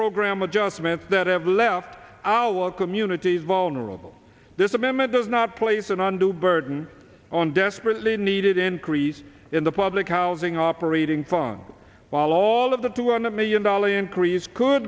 program adjustments that have left our communities vulnerable this amendment does not place and on to burden on desperately needed increase in the public housing operating fun while all of the two hundred million dollars increase could